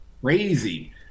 crazy